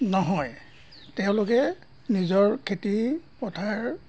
নহয় তেওঁলোকে নিজৰ খেতি পথাৰ